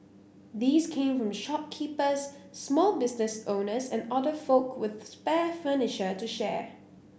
these came from shopkeepers small business owners and other folk with spare furniture to share